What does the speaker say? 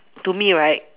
to me right